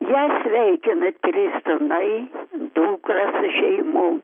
ją sveikina trys sūnai dukras su šeimom